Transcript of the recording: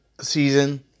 season